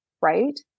right